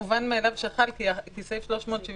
זה מובן מאליו שזה חל כי סעיף 379(ב)